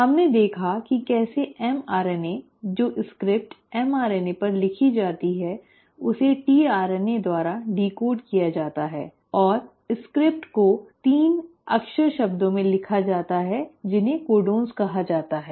हमने देखा कि कैसे mRNA जो स्क्रिप्ट mRNA पर लिखी जाती है उसे tRNA द्वारा डिकोड किया जाता है और स्क्रिप्ट को 3 अक्षर शब्दों में लिखा जाता है जिन्हें कोडोन कहा जाता है